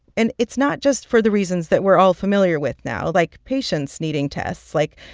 and it's not just for the reasons that we're all familiar with now, like patients needing tests like,